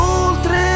oltre